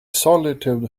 solitude